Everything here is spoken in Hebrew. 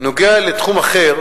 נוגע לתחום אחר,